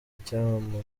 icyamamare